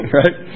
right